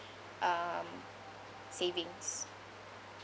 um savings